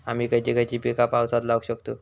आम्ही खयची खयची पीका पावसात लावक शकतु?